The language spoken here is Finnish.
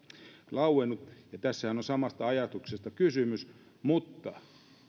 lauennut ja tässähän on samasta ajatuksesta kysymys mutta